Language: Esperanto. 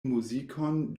muzikon